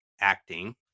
acting